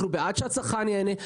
אנחנו בעד שהצרכן ייהנה,